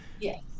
Yes